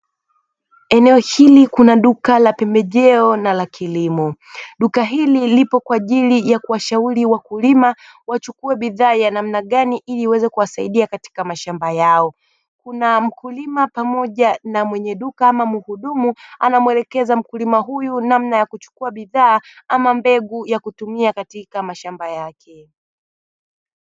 Eneo hili kuna duka la pembejeo na la kilimo. Duka hili lipo kwa ajili ya kuwashauri wakulima wachukue bidhaa ya namna gani ili iweze kusaidia katika mashamba yao. Kuna mkulima pamoja na mwenye duka ama muhudumu anamuelekeza mkulima huyu, namna ya kuchukua bidhaa ama mbegu ya kutumia katika mashamba yake.